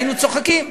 היינו צוחקים.